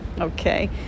Okay